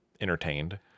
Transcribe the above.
entertained